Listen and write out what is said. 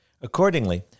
Accordingly